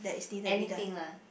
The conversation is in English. anything lah